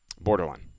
Borderline